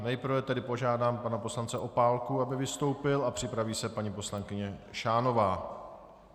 Nejprve tedy požádám pana poslance Opálku, aby vystoupil, a připraví se paní poslankyně Šánová.